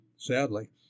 sadly